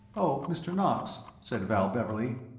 oh, mr. knox, said val beverley,